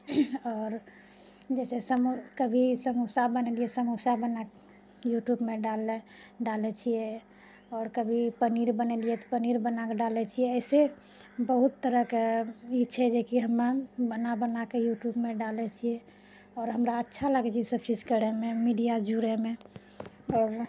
आओर जैसे समो कभी समोसा बनेलियै समोसा बना कऽ यूट्यूबमे डाललै डालैत छियै आओर कभी पनीर बनेलियै तऽ पनीर बना कऽ डालैत छियै ऐसे बहुत तरहकेँ ई छै जेकि हमे बना बना कऽ यूट्यूबमे डालैत छियै आओर हमरा अच्छा लागैत छै ईसभ चीज करयमे मिडिया जुड़ैमे आओर